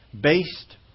based